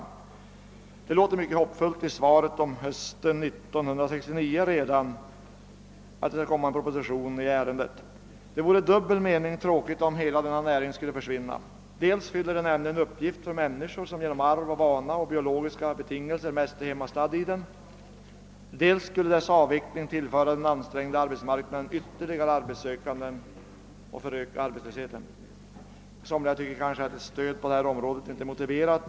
Statsrådet säger emellertid i sitt svar att det redan hösten 1969 skall komma en proposition i ärendet, och det låter mycket hoppingivande. Det vore i dubbel mening beklagligt om hela denna näring skulle försvinna. Dels fyller den nämligen en uppgift för människor som genom arv, vana och biologiska betingelser är mest hemmastadda i den, dels skulle dess avveckling tillföra den ansträngda arbetsmarknaden ytterligare arbetssökande och därmed öka arbetslösheten. Somliga tycker kanske att ett stöd på detta område inte är motiverat.